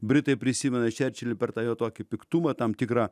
britai prisimena čerčilį per tą jo tokį piktumą tam tikrą